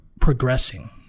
progressing